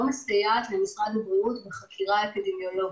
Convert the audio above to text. מסייעת למשרד הבריאות בחקירה אפידמיולוגית.